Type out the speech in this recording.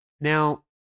Now